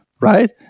right